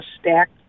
stacked